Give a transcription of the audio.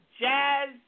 jazz